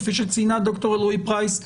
כפי שציינה דוקטור אלרעי פרייס,